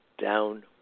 down